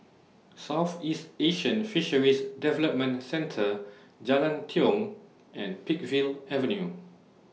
Southeast Asian Fisheries Development Centre Jalan Tiong and Peakville Avenue